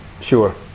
Sure